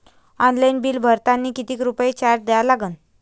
Online bill भरतानी कितीक रुपये चार्ज द्या लागन?